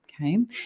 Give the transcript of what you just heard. okay